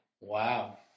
Wow